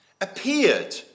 appeared